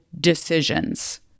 decisions